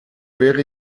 wäre